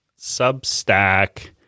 Substack